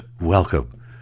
Welcome